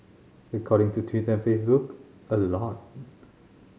according to Twitter and Facebook a lot